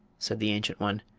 said the ancient one.